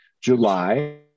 july